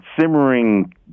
simmering